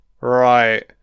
right